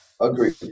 Agreed